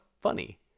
funny